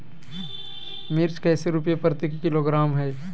मिर्च कैसे रुपए प्रति किलोग्राम है?